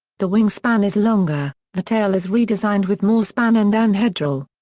the wingspan is longer, the tail is redesigned with more span and anhedral.